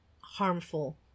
harmful